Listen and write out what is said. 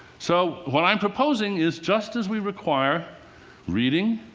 so what i'm proposing is, just as we require reading,